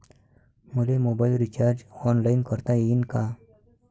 मले mobile recharge online करता येईन का?